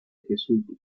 jesuitas